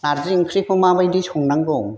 नारजि ओंख्रिखौ माबायदि संनांगौ